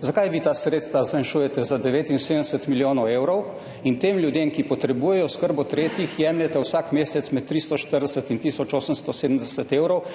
Zakaj vi ta sredstva zmanjšujete za 79 milijonov evrov in tem ljudem, ki potrebujejo oskrbo tretjih, jemljete vsak mesec med 340 in tisoč 870 evrov,